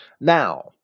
Now